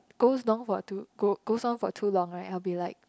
goes long for too go goes long for too long right I'll be like